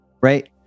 right